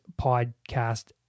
podcast